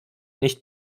nicht